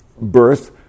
Birth